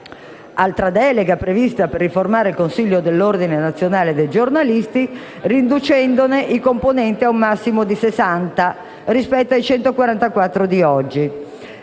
Un'altra delega è prevista per riformare il Consiglio nazionale dell'Ordine dei giornalisti, riducendone i componenti ad un massimo di 60, rispetto ai 144 di oggi.